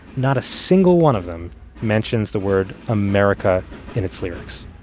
not a single one of them mentions the word america in its lyrics